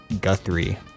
Guthrie